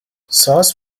sauce